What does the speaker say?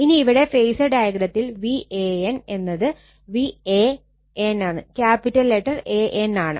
ഇനി ഇവിടെ ഫേസർ ഡയഗ്രത്തിൽ Van എന്നത് VAN ആണ്